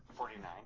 Forty-nine